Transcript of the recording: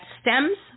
stems